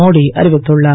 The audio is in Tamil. மோடி அறிவித்துள்ளார்